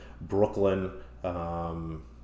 Brooklyn